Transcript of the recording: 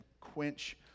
quench